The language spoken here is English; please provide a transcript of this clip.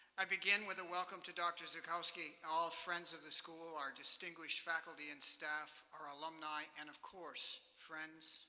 i begin with a welcome to dr. zukoski, all friends of the school, our distinguished faculty and staff, our alumni, and of course, friends,